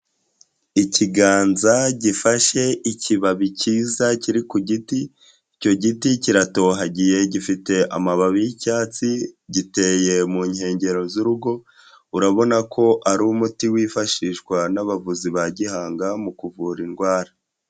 Ikiganza gifashe ikibabi cyiza kiri ku giti, icyo giti kiratohagiye gifite amababi y'icyatsi giteye mu nkengero z'urugo, urabona ko ari umuti wifashishwa n'abavuzi ba gihanga mu kuvura indwara.